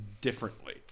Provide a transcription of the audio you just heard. differently